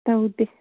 ꯇꯧꯗꯦ